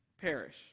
perish